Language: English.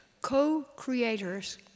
Co-Creators